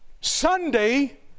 Sunday